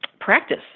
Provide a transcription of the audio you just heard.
practice